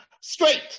straight